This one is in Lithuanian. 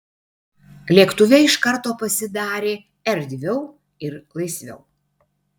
lėktuve iš karto pasidarė erdviau ir laisviau